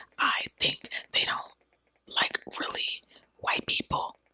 i think they don't like really white people?